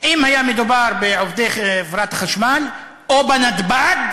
אם היה מדובר בעובדי חברת החשמל או בנתב"ג